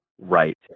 right